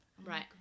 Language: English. Right